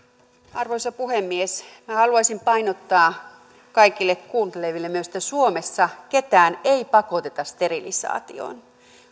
arvoisa puhemies minä haluaisin painottaa kaikille kuunteleville myös että suomessa ketään ei pakoteta sterilisaatioon